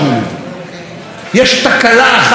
יש תקלה אחת במדינה המדהימה הזאת,